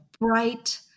bright